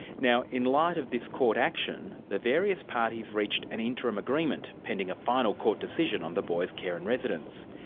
now in light of this court action, the various parties reached an interim agreement, pending a final court decision on the boy's care and residence.